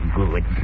good